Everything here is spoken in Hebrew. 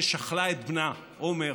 ששכלה את בנה עומר